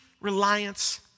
reliance